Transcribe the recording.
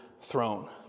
throne